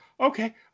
okay